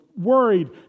worried